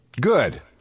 good